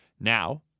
Now